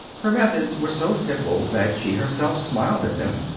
her methods were so simple that she herself smiled at them.